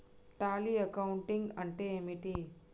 Tally accounting అంటే ఏమిటి?